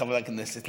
לחברי הכנסת,